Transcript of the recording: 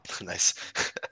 Nice